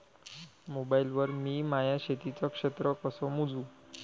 Mobile वर मी माया शेतीचं क्षेत्र कस मोजू?